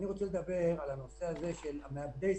אני מעבד זכוכית.